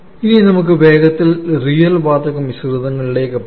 ഇനി നമുക്ക് വേഗത്തിൽ റിയൽ വാതക മിശ്രിതങ്ങളിലേക്ക് പോകാം